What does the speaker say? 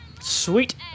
Sweet